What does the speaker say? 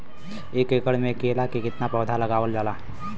एक एकड़ में केला के कितना पौधा लगावल जाला?